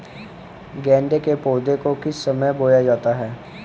गेंदे के पौधे को किस समय बोया जाता है?